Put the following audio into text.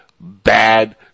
bad